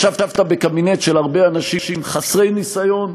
ישבת בקבינט של הרבה אנשים חסרי ניסיון,